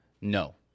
no